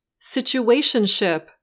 Situationship